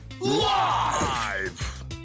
live